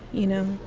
you know.